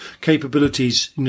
capabilities